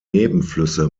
nebenflüsse